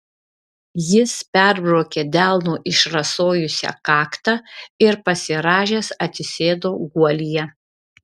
jis perbraukė delnu išrasojusią kaktą ir pasirąžęs atsisėdo guolyje